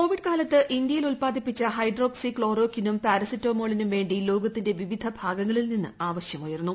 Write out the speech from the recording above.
Covid കാലത്ത് ഇന്ത്യയിൽ ഉത്പാദിപ്പിച്ച ഹൈഡ്രോക്സി ക്ലോറോകിനും പാരസറ്റമോളിനും വേണ്ടി ലോകത്തിന്റെ വിവിധ ഭാഗങ്ങളിൽ നിന്ന് ആവശ്യമുയർന്നു